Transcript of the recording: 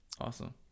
awesome